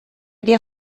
der